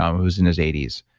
um who's in his eighty s,